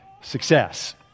success